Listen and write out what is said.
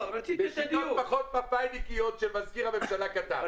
קצת פחות מפא"יניקיות שמזכיר הממשלה כתב.